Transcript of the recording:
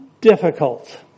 difficult